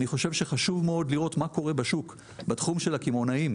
אני חושב שחשוב מאוד לראות מה קורה בשוק בתחום של הקמעונאים,